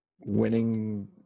winning